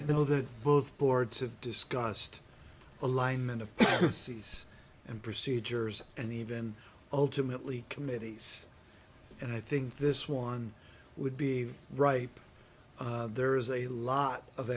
and know that both boards have discussed alignment of seas and procedures and even ultimately committees and i think this one would be right there is a lot of